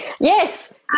Yes